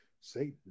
Satan